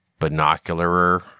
binocularer